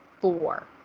four